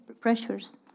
pressures